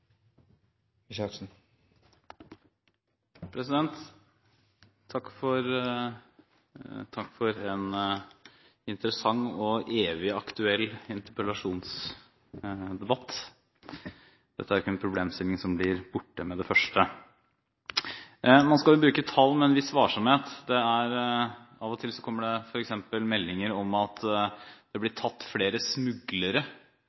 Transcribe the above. ikke en problemstilling som blir borte med det første. Man skal bruke tall med en viss varsomhet. Av og til kommer det f.eks. meldinger om at det